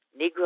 Negro